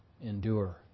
endure